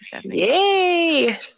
yay